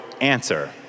answer